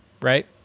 right